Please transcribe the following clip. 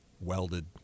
welded